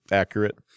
accurate